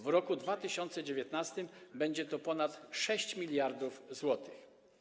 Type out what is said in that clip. W roku 2019 będzie to ponad 6 mld zł.